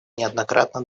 неоднократно